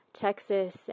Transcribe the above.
Texas